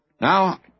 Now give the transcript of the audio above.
Now